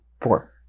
Four